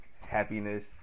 happiness